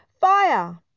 Fire